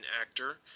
Actor